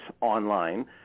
online